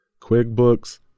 QuickBooks